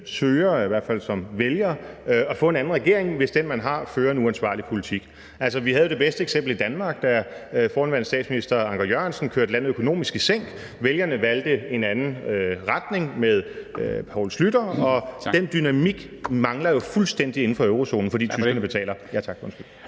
man i hvert fald som vælger søger at få en anden regering, hvis den, man har, fører en uansvarlig politik. Altså, vi havde jo det bedste eksempel i Danmark, da forhenværende statsminister Anker Jørgensen kørte landet økonomisk i sænk. Vælgerne valgte en anden retning med Poul Schlüter, og den dynamik mangler jo fuldstændig inden for eurozonen, fordi tyskerne betaler.